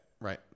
right